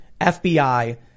FBI